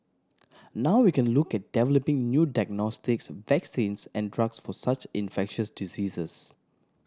now we can look at developing new diagnostics vaccines and drugs for such infectious diseases